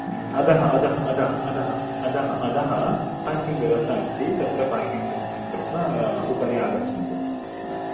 अधः अधः अधः अधः अधः अधः पार्किङ्ग् व्यवस्था अस्ति तत्र पार्किङ्ग् कृत्वा उपरि आगच्छन्तु